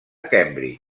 cambridge